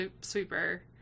sweeper